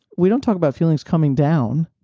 we don't talk about feelings coming down.